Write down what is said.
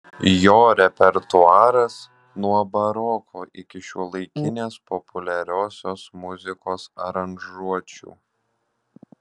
jo repertuaras nuo baroko iki šiuolaikinės populiariosios muzikos aranžuočių